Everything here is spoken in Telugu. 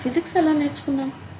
మనం ఫిజిక్స్ ఎలా నేర్చుకున్నాం